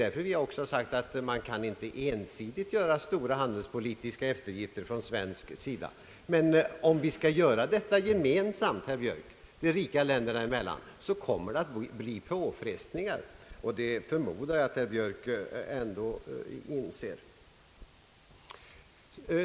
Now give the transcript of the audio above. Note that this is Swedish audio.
Därför har vi också sagt att man inte ensidigt kan göra stora handelspolitiska eftergifter från svensk sida och även om de rika länderna gemensamt kommer att göra eftergifter blir det likväl påfrestningar. Det förmodar jag att herr Björk inser.